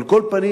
על כל פנים,